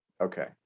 Okay